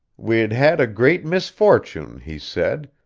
we'd had a great misfortune, he said,